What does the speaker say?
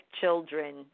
children